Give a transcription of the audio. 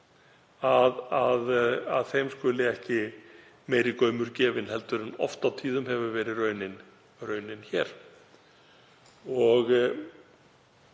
úr húsi skuli ekki meiri gaumur gefinn en oft og tíðum hefur verið raunin hér.